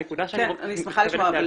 אני שמחה לשמוע,